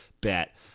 bet